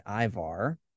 Ivar